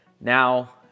now